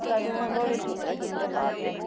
कदूं धोड़ी सूत्तरा शूत्तरा पा दे